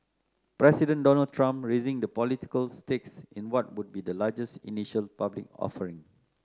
President Donald Trump raising the political stakes in what would be the largest initial public offering